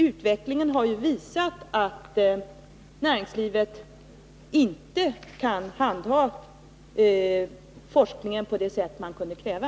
Utvecklingen har visat att näringslivet inte kan handha forskningen på det sätt som man kunde kräva.